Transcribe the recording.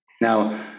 now